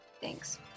Thanks